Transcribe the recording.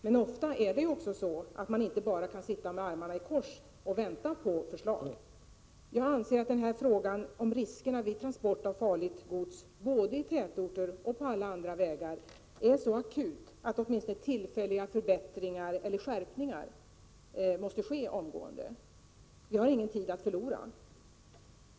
Men ofta är det så, att man inte bara kan sitta med armarna i kors och vänta på förslag. Jag anser att den här frågan om riskerna vid transport av farligt gods, både i tätorter och på alla andra vägar, är så akut att åtminstone tillfälliga förbättringar eller skärpningar måste ske omgående. Vi har ingen tid att förlora.